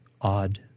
odd